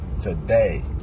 today